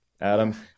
Adam